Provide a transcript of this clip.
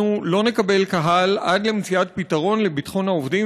אנחנו לא נקבל קהל עד למציאת פתרון לביטחון העובדים